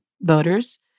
voters